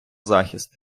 захист